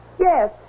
Yes